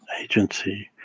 agency